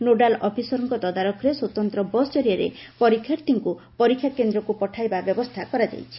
nodal ଅଫିସରଙ୍କ ତଦାରଖରେ ସ୍ୱତନ୍ତ ବସ୍ ଜରିଆରେ ପରୀକ୍ଷାର୍ଥୀଙ୍କୁ ପରୀକ୍ଷା କେନ୍ଦ୍ରକୁ ପଠାଇବା ବ୍ୟବସ୍ତା ହୋଇଛି